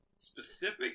specific